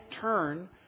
turn